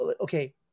okay